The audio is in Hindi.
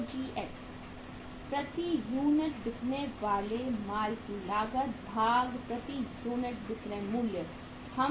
COGS प्रति यूनिट बिकने वाले माल की लागत भागप्रति यूनिट विक्रय मूल्य होती है